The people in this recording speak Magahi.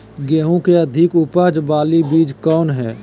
गेंहू की अधिक उपज बाला बीज कौन हैं?